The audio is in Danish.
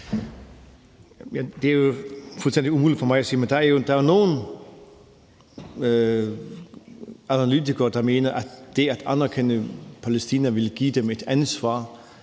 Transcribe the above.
Det er jo fuldstændig umuligt for mig at sige, men der er jo nogle analytikere, der mener, at det at anerkende Palæstina vil give dem et ansvar,